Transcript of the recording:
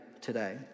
today